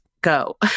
go